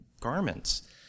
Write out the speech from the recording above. garments